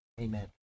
Amen